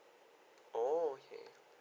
oh okay